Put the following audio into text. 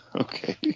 Okay